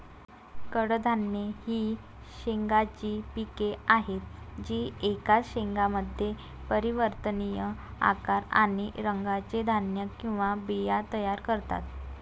कडधान्ये ही शेंगांची पिके आहेत जी एकाच शेंगामध्ये परिवर्तनीय आकार आणि रंगाचे धान्य किंवा बिया तयार करतात